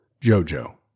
Jojo